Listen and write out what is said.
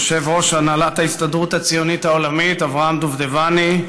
יושב-ראש הנהלת ההסתדרות הציונות העולמית אברהם דובדבני,